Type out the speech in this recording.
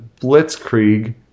blitzkrieg